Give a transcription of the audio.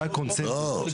שהיה קונצנזוס,